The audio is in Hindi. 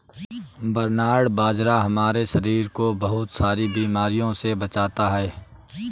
बरनार्ड बाजरा हमारे शरीर को बहुत सारी बीमारियों से बचाता है